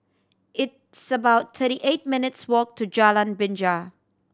it's about thirty eight minutes' walk to Jalan Binja